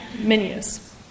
menus